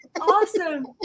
Awesome